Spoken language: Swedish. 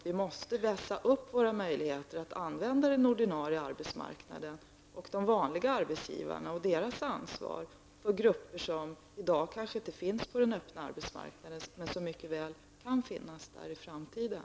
Vi måste förbättra våra möjligheter att använda den ordinarie arbetsmarknaden och utnyttja de vanliga arbetsgivarna och deras ansvar för grupper som i dag kanske inte finns på den öppna arbetsmarknaden men som mycket väl kan finnas där i framtiden.